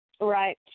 Right